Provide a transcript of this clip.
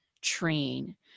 train